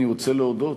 אני רוצה להודות